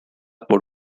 por